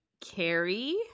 Carrie